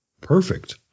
Perfect